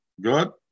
Good